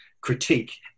critique